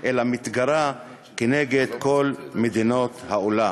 אלא מתגרה כנגד כל מדינות העולם?